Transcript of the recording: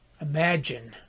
Imagine